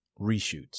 reshoots